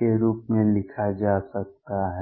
के रूप में लिखा जा सकता है